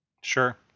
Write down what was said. Sure